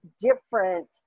different